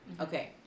Okay